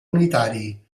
unitari